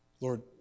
Lord